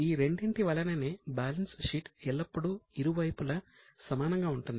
ఈ రెండింటి వలననే బ్యాలెన్స్ షీట్ ఎల్లప్పుడూ ఇరువైపుల సమానంగా ఉంటుంది